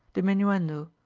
diminuendo,